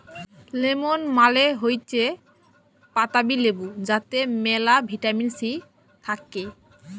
lemon মালে হৈচ্যে পাতাবি লেবু যাতে মেলা ভিটামিন সি থাক্যে